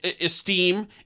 esteem